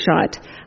shot